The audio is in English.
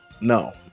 no